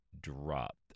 dropped